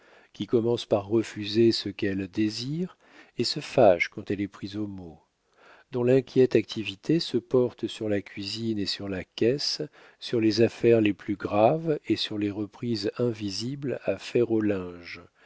qui commence par refuser ce qu'elle désire et se fâche quand elle est prise au mot dont l'inquiète activité se porte sur la cuisine et sur la caisse sur les affaires les plus graves et sur les reprises invisibles à faire au linge